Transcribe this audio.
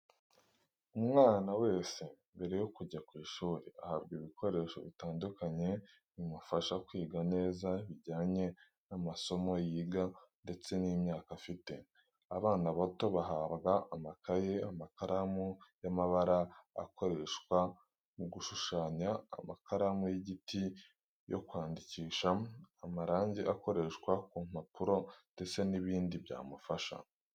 Umwana wese mbere yo kujya ku ishuri ahabwa ibikoresho bitandukanye bimufasha kwiga neza bijyanye n'amasome yiga ndetse n'imyaka afite, abana bato bahabwa amakaye, amakaramu y'amabara akoreshwa mu gushushanya, amakaramu y'igiti yo kwandikisha, amarangi akoreshwa ku mpapuro ndetse n'ibindi byamufasha.